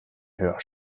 höher